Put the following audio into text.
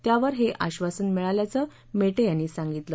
त्यावर हे आधासन मिळाल्याचं मेटे यांनी सांगितलं